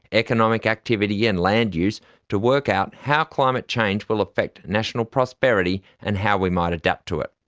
economic activity and land use to work out how climate change will affect national prosperity, and how we might adapt to it.